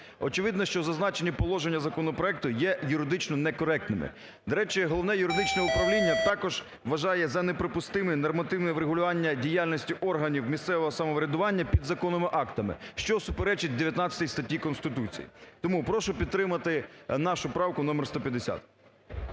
Очевидно, що зазначені положення законопроекту є юридично некоректними. До речі, Головне юридичне управління також вважає за неприпустиме нормативне врегулювання діяльності органів місцевого самоврядування підзаконними актами, що суперечить 19 статті Конституції. Тому прошу підтримати нашу правку номер 150.